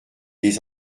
les